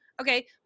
Okay